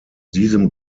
diesem